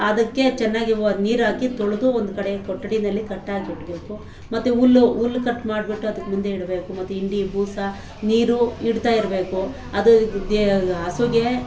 ಅದಕ್ಕೆ ಚೆನ್ನಾಗಿರುವ ನೀರಾಕಿ ತೊಳೆದು ಒಂದು ಕಡೆ ಕೊಠಡಿನಲ್ಲಿ ಕಟ್ಟಾಕಿಡಬೇಕು ಮತ್ತು ಹುಲ್ಲು ಹುಲ್ಲು ಕಟ್ಮಾಡಿಬಿಟ್ಟು ಅದಕ್ಕೆ ಮುಂದೆ ಇಡಬೇಕು ಮತ್ತು ಹಿಂಡಿ ಬೂಸಾ ನೀರು ಇಡ್ತಾಯಿರಬೇಕು ಅದು ಹಸುಗೆ